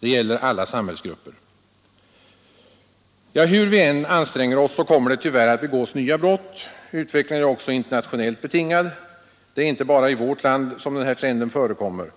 Det gäller alla samhällsgrupper. Hur vi än anstränger oss kommer det tyvärr att begås nya brott. Utvecklingen är också internationellt betingad. Det är inte bara i vårt land som denna trend förekommer.